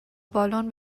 بالن